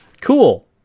Cool